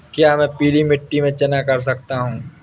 क्या मैं पीली मिट्टी में चना कर सकता हूँ?